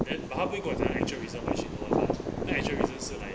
then but 她会跟我讲 actual reason why she don't want [one] then actual reason 是 like